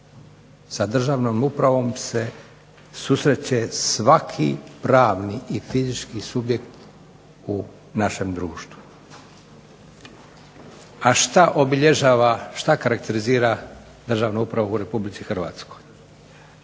Sa državnom upravom se susreće svaki pravni i fizički subjekt u našem društvu. A šta obilježava, šta karakterizira državnu upravu u Republici Hrvatskoj?